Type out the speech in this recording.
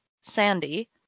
Sandy